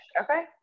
Okay